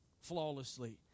flawlessly